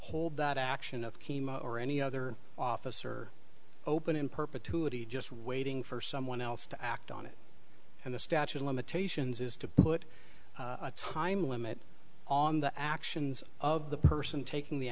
hold that action of chemo or any other officer open in perpetuity just waiting for someone else to act on it and the statute of limitations is to put a time limit on the actions of the person taking the